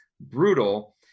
brutal